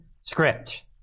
script